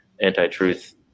anti-truth